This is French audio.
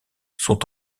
sont